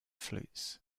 flutes